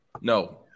No